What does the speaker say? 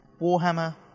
Warhammer